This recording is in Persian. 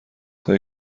های